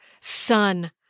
Son